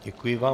Děkuji vám.